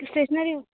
stationary